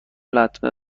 لطمه